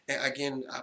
Again